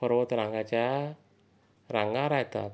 पर्वतरांगाच्या रांगा राहतात